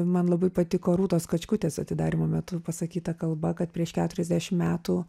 man labai patiko rūtos kačkutės atidarymo metu pasakyta kalba kad prieš keturiasdešim metų